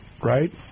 right